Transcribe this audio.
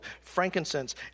frankincense